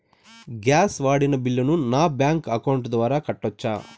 Gas వాడిన బిల్లును నా బ్యాంకు అకౌంట్ ద్వారా కట్టొచ్చా?